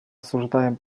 осуждаем